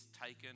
taken